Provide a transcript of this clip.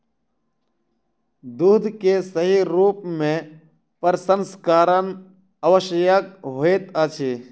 दूध के सही रूप में प्रसंस्करण आवश्यक होइत अछि